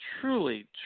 truly